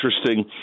interesting